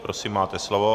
Prosím, máte slovo.